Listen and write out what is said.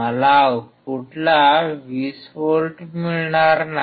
मला आउटपुटला 20 व्होल्ट मिळणार नाही